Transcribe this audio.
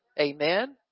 Amen